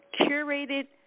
curated